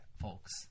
folks